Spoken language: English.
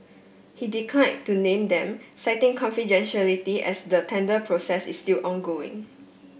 he decline to name them citing confidentiality as the tender process is still ongoing